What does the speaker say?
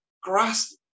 grasp